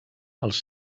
els